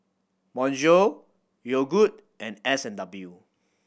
Bonjour Yogood and S and W